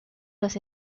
los